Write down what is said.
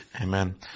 Amen